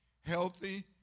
healthy